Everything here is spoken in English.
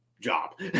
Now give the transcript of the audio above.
job